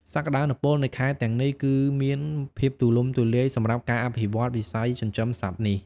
សក្តានុពលនៃខេត្តទាំងនេះគឺមានភាពទូលំទូលាយសម្រាប់ការអភិវឌ្ឍវិស័យចិញ្ចឹមសត្វនេះ។